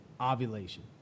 ovulation